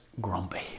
grumpy